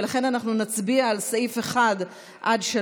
ולכן אנחנו נצביע על סעיף 1 3,